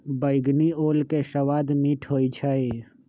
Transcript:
बइगनी ओल के सवाद मीठ होइ छइ